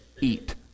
eat